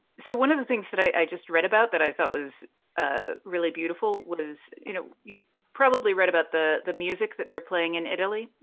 so one of the things that i just read about that i thought was ah really beautiful was you know you've probably read about the the music that they're playing in italy,